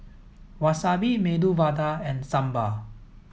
Wasabi Medu Vada and Sambar